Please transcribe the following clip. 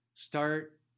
Start